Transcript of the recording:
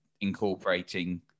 incorporating